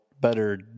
better